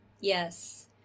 yes